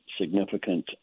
significant